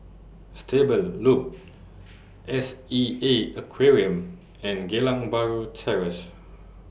Stable Loop S E A Aquarium and Geylang Bahru Terrace